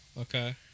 Okay